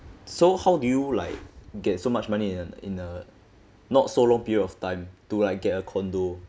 so how do you like get so much money in in a not so long period of time to like get a condo